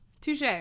touche